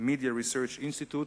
Media Research Institute,